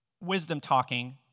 wisdom-talking